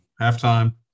halftime